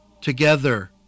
together